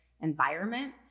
environment